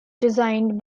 designed